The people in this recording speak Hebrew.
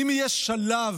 האם יהיה שלב